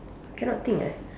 cannot think eh